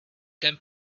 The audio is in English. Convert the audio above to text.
can